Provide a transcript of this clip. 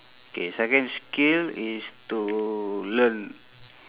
K second skill is to learn